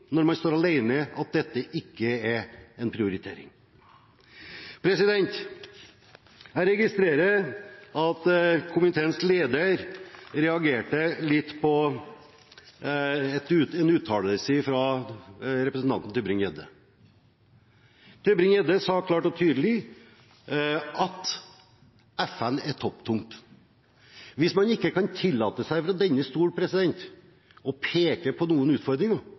når man står alene – at dette ikke er en prioritering. Jeg registrerer at komiteens leder reagerte litt på en uttalelse fra representanten Tybring-Gjedde. Representanten Tybring-Gjedde sa klart og tydelig at FN er topptungt. Hvis man fra denne talerstol ikke kan tillate seg å peke på noen utfordringer,